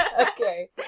Okay